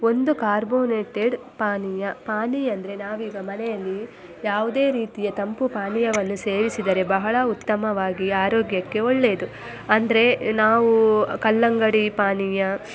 ಒಂದು ಕಾರ್ಬೋನೇಟೆಡ್ ಪಾನೀಯ ಪಾನೀಯಂದ್ರೆ ನಾವೀಗ ಮನೆಯಲ್ಲಿ ಯಾವುದೇ ರೀತಿಯ ತಂಪು ಪಾನೀಯವನ್ನು ಸೇವಿಸಿದರೆ ಬಹಳ ಉತ್ತಮವಾಗಿ ಆರೋಗ್ಯಕ್ಕೆ ಒಳ್ಳೆಯದು ಅಂದರೆ ನಾವು ಕಲ್ಲಂಗಡಿ ಪಾನೀಯ